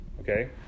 okay